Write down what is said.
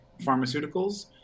pharmaceuticals